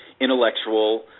intellectual